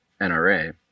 NRA